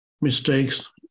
mistakes